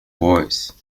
boise